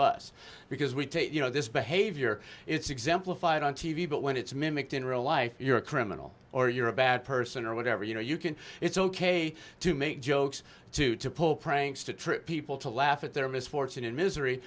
bus because we take you know this behavior it's exemplified on t v but when it's mimicked in real life you're a criminal or you're a bad person or whatever you know you can it's ok to make jokes to to pull pranks to trip people to laugh at their misfortune and misery